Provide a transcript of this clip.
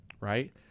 right